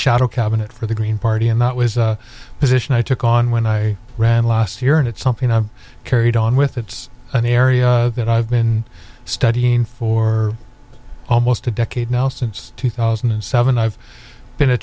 shadow cabinet for the green party and that was a position i took on when i ran last year and it's something i've carried on with it's an area that i've been studying for almost a decade now since two thousand and seven i've been a